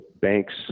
banks